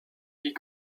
die